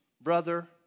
brother